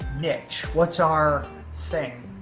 niche? what's our thing?